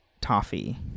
toffee